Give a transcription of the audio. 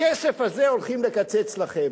בכסף הזה הולכים לקצץ לכם,